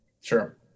Sure